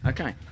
Okay